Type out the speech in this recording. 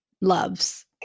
loves